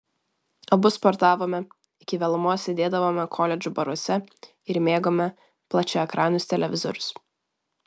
abu sportavome iki vėlumos sėdėdavome koledžų baruose ir mėgome plačiaekranius televizorius